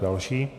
Další.